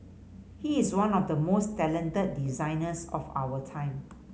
he is one of the most talented designers of our time